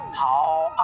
how